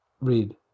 read